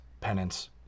penance